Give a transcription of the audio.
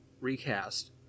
recast